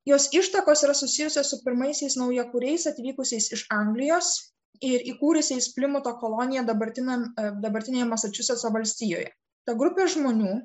jos ištakos yra susijusios su pirmaisiais naujakuriais atvykusiais iš anglijos ir įkūrusiais plimuto koloniją dabartiniam dabartinėje masačusetso valstijoje ta grupė žmonių